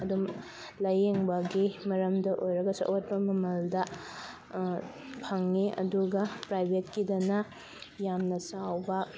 ꯑꯗꯨꯝ ꯂꯥꯏꯌꯦꯡꯕꯒꯤ ꯃꯔꯝꯗ ꯑꯣꯏꯔꯒꯁꯨ ꯑꯋꯣꯠꯄ ꯃꯃꯜꯗ ꯐꯪꯉꯤ ꯑꯗꯨꯒ ꯄ꯭ꯔꯥꯏꯚꯦꯠꯀꯤꯗꯅ ꯌꯥꯝꯅ ꯆꯥꯎꯕ